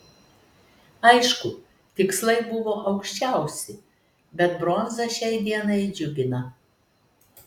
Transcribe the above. aišku tikslai buvo aukščiausi bet bronza šiai dienai džiugina